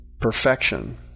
perfection